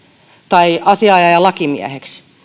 tai asianajajaa lakimieheksi